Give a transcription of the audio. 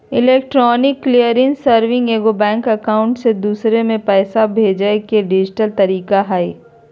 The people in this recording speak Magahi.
इलेक्ट्रॉनिक क्लियरिंग सर्विस एगो बैंक अकाउंट से दूसर में पैसा भेजय के डिजिटल तरीका हइ